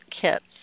Kits